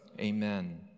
Amen